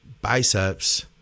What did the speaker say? biceps